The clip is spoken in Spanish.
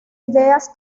ideas